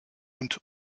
und